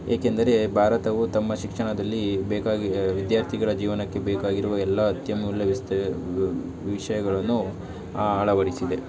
ಏಕೆಂದರೆ ಭಾರತವು ತಮ್ಮ ಶಿಕ್ಷಣದಲ್ಲಿ ಬೇಕಾಗಿ ವಿದ್ಯಾರ್ಥಿಗಳ ಜೀವನಕ್ಕೆ ಬೇಕಾಗಿರುವ ಎಲ್ಲಾ ಅತ್ಯಮೂಲ್ಯ ವಿಸ್ತ ವಿಷಯಗಳನ್ನು ಅಳವಡಿಸಿದೆ